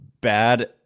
bad